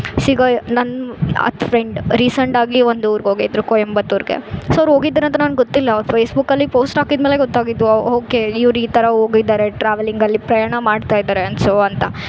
C ಈಗ ನನ್ನ ಹತ್ತು ಫ್ರೆಂಡ್ ರಿಸೆಂಟಾಗಿ ಒಂದು ಊರ್ಗೆ ಹೋಗಿದ್ರು ಕೊಯಂಬತೂರ್ಗೆ ಸೊ ಅವ್ರು ಹೋಗಿದ್ರಂತ ನಂಗೆ ಗೊತ್ತಿಲ್ಲ ಅವ್ರು ಫೇಸ್ಬುಕಲ್ಲಿ ಪೋಸ್ಟ್ ಹಾಕಿದ್ಮೇಲೆ ಗೊತ್ತಾಗಿದ್ದು ಹೊಕೆ ಇವ್ರು ಈ ಥರ ಹೋಗಿದ್ದಾರೆ ಟ್ರಾವೆಲಿಂಗ್ ಅಲ್ಲಿ ಪ್ರಯಾಣ ಮಾಡ್ತಾ ಇದ್ದಾರೆ ಅನ್ ಸೊ ಅಂತ